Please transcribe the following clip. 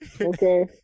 Okay